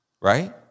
Right